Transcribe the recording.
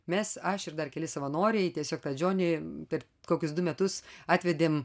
mes aš ir dar keli savanoriai tiesiog tą džonį per kokius du metus atvedėme